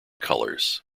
colours